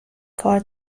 کار